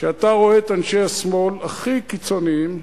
כשאתה רואה את אנשי השמאל הכי קיצוניים